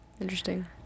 Interesting